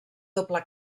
doble